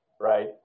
right